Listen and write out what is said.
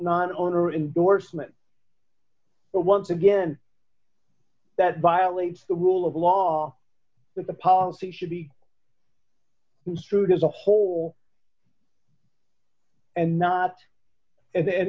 non owner indorsement but once again that violates the rule of law that the policy should be construed as a whole and not and